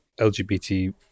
LGBT